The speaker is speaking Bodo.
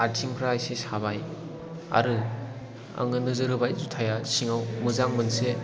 आथिंफ्रा एसे साबाय आरो आङो नोजोर होबाय जुथाया सिङाव मोजां मोनसे